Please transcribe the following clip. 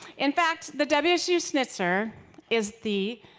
in fact, the wsu snit ser is the